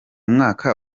mwaka